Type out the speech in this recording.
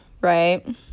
right